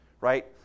right